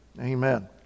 amen